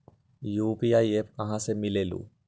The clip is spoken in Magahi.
यू.पी.आई एप्प कहा से मिलेलु?